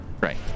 Right